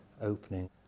opening